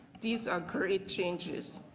these are great changes.